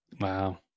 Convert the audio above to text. Wow